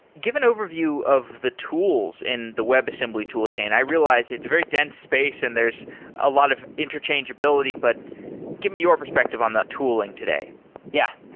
give an overview of the tools in the webassembly tool chain. i realize it's very dense space and there's a lot of interchangeability, but give me your perspective on that tooling today yeah.